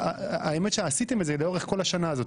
האמת שעשיתם את זה לאורך כל השנה הזאת,